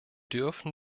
dürfen